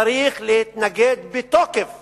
צריך להתנגד בתוקף